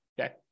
Okay